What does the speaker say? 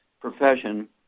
profession